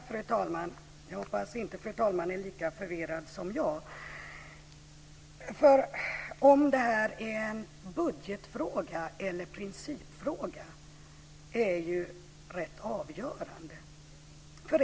Fru talman! Jag hoppas att fru talman inte är lika förvirrad som jag. Om detta är en budgetfråga eller en principfråga är ju rätt avgörande.